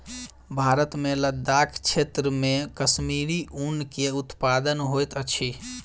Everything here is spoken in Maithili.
भारत मे लदाख क्षेत्र मे कश्मीरी ऊन के उत्पादन होइत अछि